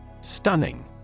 Stunning